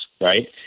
Right